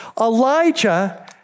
Elijah